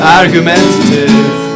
argumentative